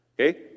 Okay